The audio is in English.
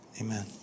amen